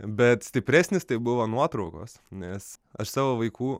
bet stipresnis tai buvo nuotraukos nes aš savo vaikų